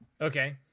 Okay